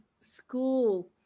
school